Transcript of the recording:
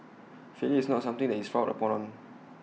failure is not something that is frowned upon